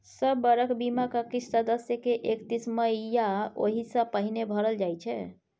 सब बरख बीमाक किस्त सदस्य के एकतीस मइ या ओहि सँ पहिने भरल जाइ छै